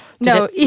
No